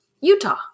Utah